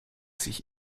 sich